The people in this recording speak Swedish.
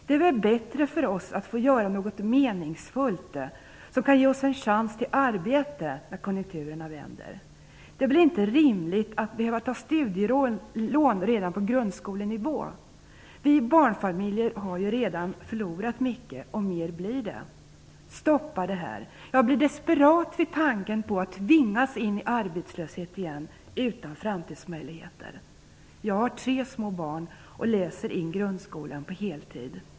Det är väl bättre för oss att få göra något meningsfullt, som kan ge oss en chans till arbete när konjunkturen vänder? Det är väl inte rimligt att behöva ta studielån redan på grundskolenivå? Vi barnfamiljer har ju redan förlorat mycket, och mer blir det. Stoppa det här, jag blir desperat vid tanken på att tvingas in i arbetslöshet igen, utan framtidsmöjligheter. Jag har tre små barn och läser in grundskolan på heltid.